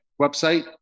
website